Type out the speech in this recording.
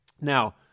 Now